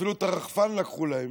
אפילו את הרחפן לקחו להם,